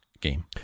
game